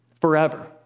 forever